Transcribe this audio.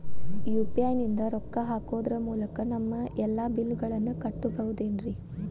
UPI ನಿಂದ ರೊಕ್ಕ ಹಾಕೋದರ ಮೂಲಕ ನಮ್ಮ ಎಲ್ಲ ಬಿಲ್ಲುಗಳನ್ನ ಕಟ್ಟಬಹುದೇನ್ರಿ?